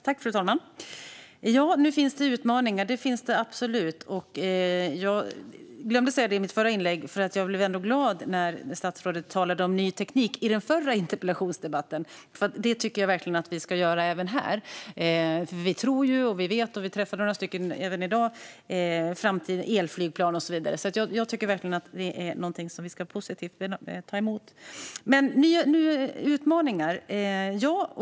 Fru talman! Ja, nu finns det utmaningar, absolut. Jag glömde säga i mitt förra inlägg att jag blev glad när statsrådet i den förra interpellationsdebatten talade om ny teknik. Det tycker jag verkligen att vi ska göra även i den här. Vi träffade några i dag och talade om framtida elflygplan och så vidare. Jag tycker att det är något som vi positivt ska ta emot. Nu har vi utmaningar.